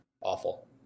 awful